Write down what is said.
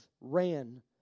ran